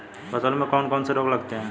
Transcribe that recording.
फसलों में कौन कौन से रोग लगते हैं?